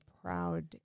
proud